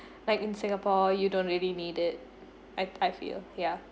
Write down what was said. like in singapore you don't really need it I I feel ya